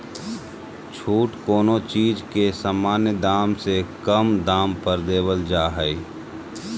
छूट कोनो चीज के सामान्य दाम से कम दाम पर देवल जा हइ